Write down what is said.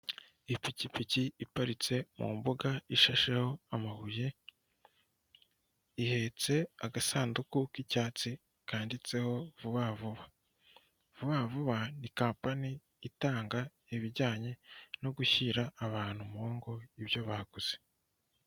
Ipikipiki iparitse mu mbuga ishasheho amabuye ihetse agasanduku k'icyatsi kanditseho vuba vuba. Vuba vuba ni kampani itanga ibijyanye no gushyira abantu umu ngo ibyo baguze.